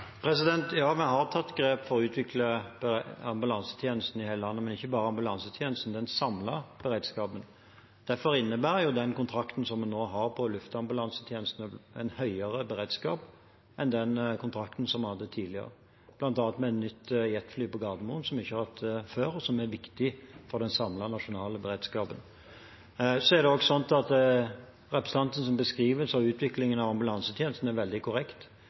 landet, men ikke bare ambulansetjenesten, også den samlede beredskapen. Derfor innebærer den kontrakten vi nå har på luftambulansetjenester, en høyere beredskap enn den kontrakten vi hadde tidligere, bl.a. med et nytt jetfly på Gardermoen, som vi ikke har hatt før, og som er viktig for den samlede nasjonale beredskapen. Representantens beskrivelse av utviklingen i ambulansetjenesten er veldig korrekt. Den har blitt styrket år for år. Det har blitt høyere kompetanse. Det har blitt flere biler. Noe av det som bidrar til høyere kompetanse, er